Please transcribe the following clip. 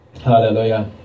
Hallelujah